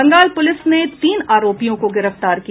Bengal police ने तीन आरोपियों को गिरफ्तार किया